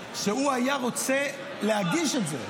שהוא היה רוצה להגיש את זה.